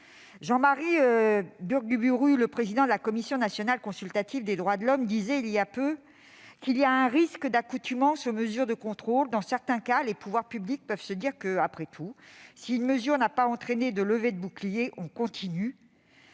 Jean-Marie Burguburu, président de la Commission nationale consultative des droits de l'homme, disait il y a peu qu'« il y a un risque d'accoutumance aux mesures de contrôle. Dans certains cas, les pouvoirs publics peuvent se dire que, après tout, si une mesure n'a pas entraîné de levée de boucliers, on continue